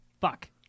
Fuck